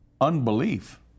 Unbelief